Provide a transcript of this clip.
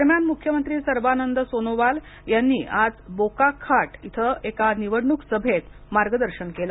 दरम्यान मुख्यमंत्री सर्बानंद सोनोवाल यांनी आज बोकाखाट येथे एका निवडणूक सभेत मार्गदर्शन केले